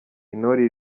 intore